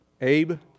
Abe